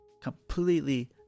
completely